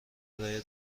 ارائه